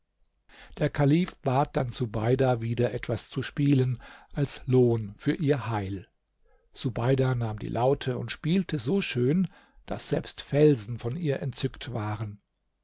der kalif bat dann subeida wieder etwas zu spielen als lohn für ihr heil subeida nahm die laute und spielte so schön daß selbst felsen von ihr entzückt waren